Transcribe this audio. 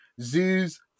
zoos